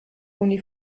toni